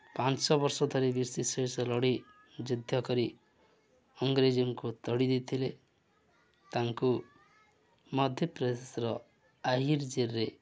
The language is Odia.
ପାଞ୍ଚ ବର୍ଷ ଧରି ବ୍ରିଟିଶ୍ ସହିତ ଲଢ଼ି ଯୁଦ୍ଧ କରି ଅଂରେଜ୍ଙ୍କୁ ତଡ଼ି ଦେଇଥିଲେ ତାଙ୍କୁ ମଧ୍ୟପ୍ରଦେଶର ଆହିର୍ ଜେଲ୍ରେ